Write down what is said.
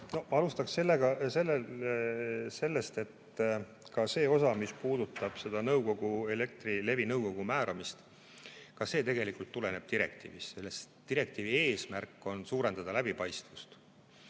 Alustaksin sellest, et ka see osa, mis puudutab Elektrilevi nõukogu määramist, tegelikult tuleneb direktiivist. Direktiivi eesmärk on suurendada läbipaistvust.